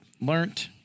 learned